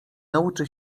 nauczy